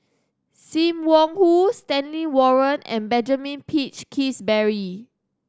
Sim Wong Hoo Stanley Warren and Benjamin Peach Keasberry